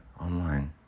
online